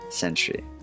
century